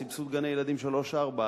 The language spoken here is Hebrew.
סבסוד גני-ילדים שלוש-ארבע,